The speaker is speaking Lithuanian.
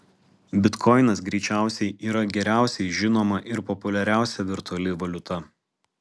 bitkoinas greičiausiai yra geriausiai žinoma ir populiariausia virtuali valiuta